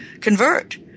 convert